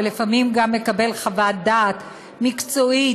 ולפעמים גם מקבל חוות דעת מקצועית,